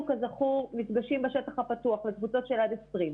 כזכור מפגשים בשטח הפתוח לקבוצות של עד 20,